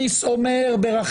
אומרים